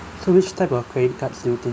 so which type of credit cards do you think